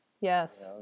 Yes